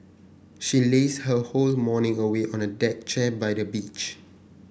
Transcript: she lazed her whole morning away on a deck chair by the beach